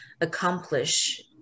accomplish